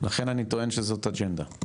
לכן אני טוען שזאת אג'נדה.